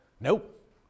Nope